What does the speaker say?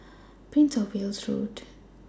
Prince of Wales Road